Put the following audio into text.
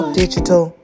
digital